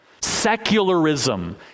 Secularism